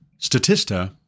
Statista